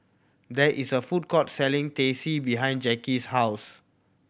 there is a food court selling Teh C behind Jacky's house